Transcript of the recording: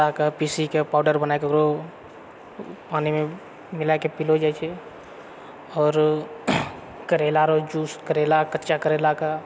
पत्ताके पिसिके पाउडर बनाके ओकरो पानिमे मिलायके पीलो जाइत छेै आओर करेलाके जूस करेला कच्चा करेलाके